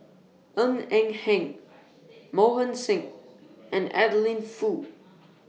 Ng Eng Hen Mohan Singh and Adeline Foo